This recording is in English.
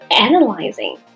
analyzing